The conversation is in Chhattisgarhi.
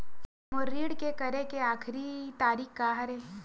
मोर ऋण के करे के आखिरी तारीक का हरे?